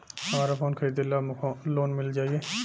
हमरा फोन खरीदे ला लोन मिल जायी?